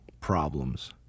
problems